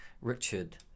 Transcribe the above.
Richard